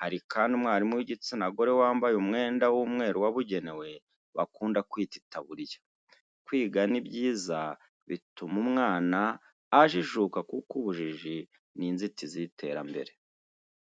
Hari kandi umwarimu w'igitsina gore wambaye umwenda w'umweru wabugenewe bakunda kwita itaburiya. Kwiga ni byiza bituma umwana ajijuka kuko ubujiji ni inzitizi y'iterambere.